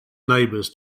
neighbors